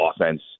offense